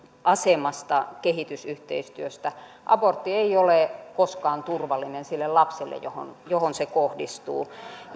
asemasta kehitysyhteistyössä abortti ei ole koskaan turvallinen sille lapselle johon johon se kohdistuu